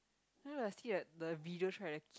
you know I see that the video try to